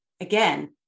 again